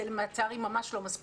אבל זה ממש לא מספיק,